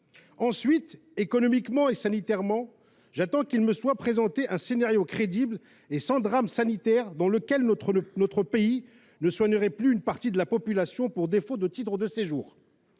vue économique et de santé publique, j’attends qu’il me soit présenté un scénario crédible et sans drame sanitaire dans lequel notre pays ne soignerait plus une partie de la population pour défaut de titre de séjour.